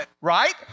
Right